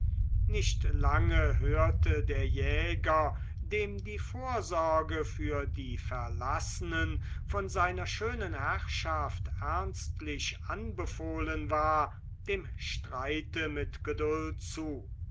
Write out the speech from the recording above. nicht lange hörte der jäger dem die vorsorge für die verlassenen von seiner schönen herrschaft ernstlich anbefohlen war dem streite mit geduld zu